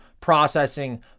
processing